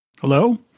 Hello